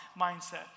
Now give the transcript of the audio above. mindset